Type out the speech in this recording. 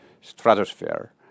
stratosphere